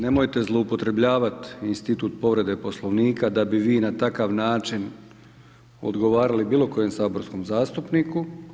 Nemojte zloupotrebljavati institut povrede Poslovnika da bi vi na takav način odgovarali bilo kojem saborskom zastupniku.